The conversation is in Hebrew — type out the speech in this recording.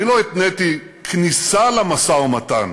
אני לא התניתי כניסה למשא-ומתן